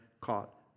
caught